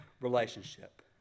relationship